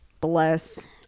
Bless